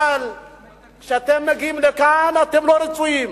אבל כשאתם באים לכאן, אתם לא רצויים.